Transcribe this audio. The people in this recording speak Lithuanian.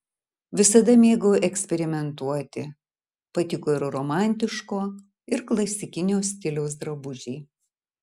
visada mėgau eksperimentuoti patiko ir romantiško ir klasikinio stiliaus drabužiai